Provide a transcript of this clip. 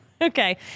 Okay